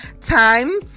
time